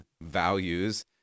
values